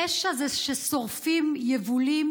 פשע זה ששורפים יבולים,